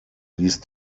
liest